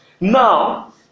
Now